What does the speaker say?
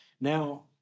Now